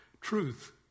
truth